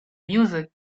music